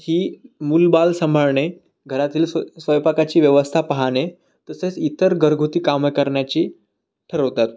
ही मूल बाळ संभाळणे घरातील स्व स्वयंपाकाची व्यवस्था पहाणे तसंच इतर घरगुती कामं करण्याचे ठरवतात